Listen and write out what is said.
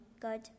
good